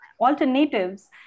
alternatives